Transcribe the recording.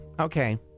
okay